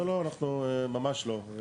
לא, ממש לא.